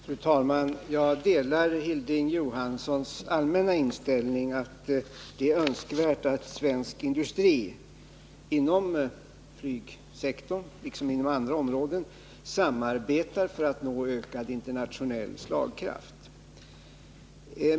Fru talman! Jag delar Hilding Johanssons allmänna inställning att det är önskvärt att svensk industri inom flygsektorn liksom inom andra områden samarbetar för att nå ökad internationell slagkraft.